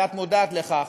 ואת מודעת לכך,